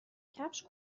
کفش